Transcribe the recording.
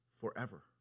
forever